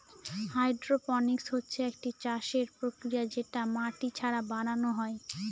hydroponics হচ্ছে একটি চাষের প্রক্রিয়া যেটা মাটি ছাড়া বানানো হয়